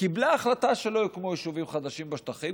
קיבלה החלטה שלא יוקמו יישובים חדשים בשטחים,